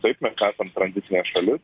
taip mes esam tranzitinė šalis